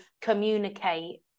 communicate